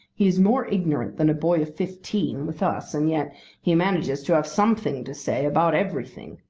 he is more ignorant than a boy of fifteen with us, and yet he manages to have something to say about everything.